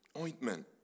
ointment